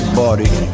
body